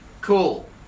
cool